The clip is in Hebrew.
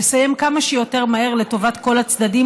לסיים כמה שיותר מהר לטובת כל הצדדים,